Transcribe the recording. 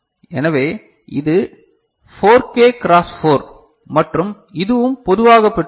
எனவே இது 4 K cross 4 மற்றும் இதுவும் பொதுவாக பெற்றுள்ளது